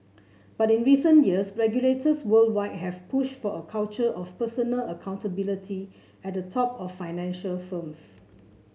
but in recent years regulators worldwide have pushed for a culture of personal accountability at the top of financial firms